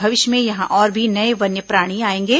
भविष्य में यहां और भी नए वन्यप्राणी आएंगे